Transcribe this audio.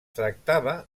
tractava